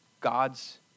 God's